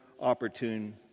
opportune